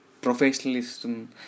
professionalism